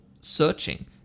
searching